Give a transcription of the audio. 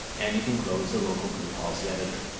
and you can close the local group policy editor.